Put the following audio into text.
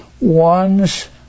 one's